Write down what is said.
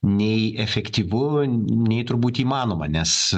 nei efektyvu nei turbūt įmanoma nes